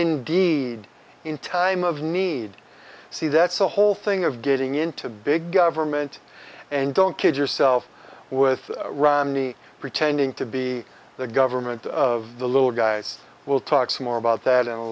indeed in time of need see that's the whole thing of getting into big government and don't kid yourself with romney pretending to be the government of the little guys will talk some more about that and a